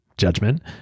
judgment